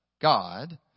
God